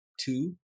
two